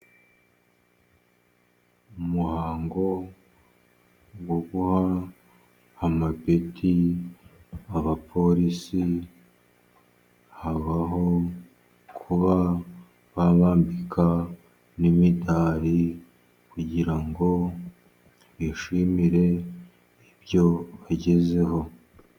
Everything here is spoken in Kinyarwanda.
Umuhango wo guha amapeti abapolisi, habaho kuba babambika n'imidari, kugira ngo bishimire ibyo bagezeho.